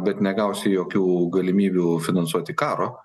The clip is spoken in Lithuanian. bet negausi jokių galimybių finansuoti karo